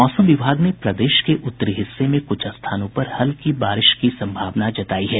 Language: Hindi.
मौसम विभाग ने प्रदेश के उत्तरी हिस्से में कुछ स्थानों पर हल्की बारिश की सम्भावना जतायी है